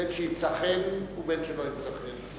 בין שימצא חן ובין שלא ימצא חן.